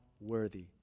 worthy